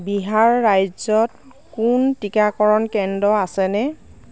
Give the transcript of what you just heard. বিহাৰ ৰাজ্যত কোন টীকাকৰণ কেন্দ্ৰ আছেনে